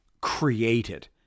created